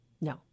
No